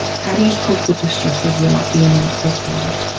how do you cope with the stresses without being impulsive?